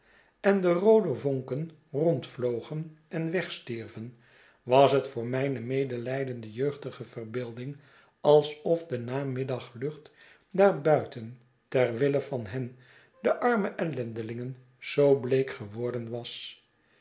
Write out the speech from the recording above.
en de roode vonken rondvlogen en wegstierven was het voor mijne medelijdende jeugdige verbeelding alsof de namiddaglucht daar buiten ter wille van hen de arme ellendelingen zoo bleek geworden was